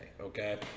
okay